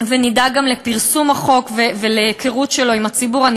ונדאג גם לפרסום החוק ולהיכרות של הציבור אתו.